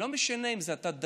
לא משנה אם אתה דתי,